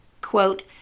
Quote